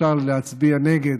אפשר להצביע נגד,